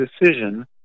decision